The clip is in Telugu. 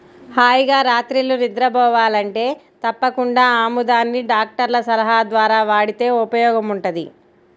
హాయిగా రాత్రిళ్ళు నిద్రబోవాలంటే తప్పకుండా ఆముదాన్ని డాక్టర్ల సలహా ద్వారా వాడితే ఉపయోగముంటది